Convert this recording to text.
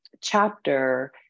chapter